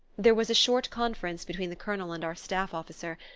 there was a short conference between the colonel and our staff-officer,